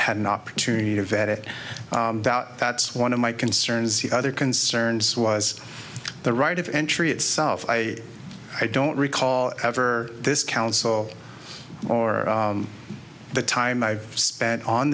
had an opportunity to vet it that's one of my concerns the other concerns was the right of entry itself i i don't recall ever this council or the time i've spent on